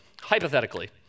hypothetically